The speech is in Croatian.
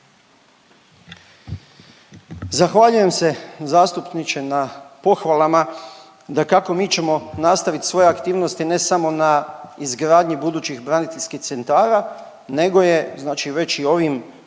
Zahvaljujem se zastupniče na pohvalama. Dakako mi ćemo nastavit svoje aktivnosti ne samo na izgradnji budućih braniteljskih centara nego je znači već i ovim